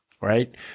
right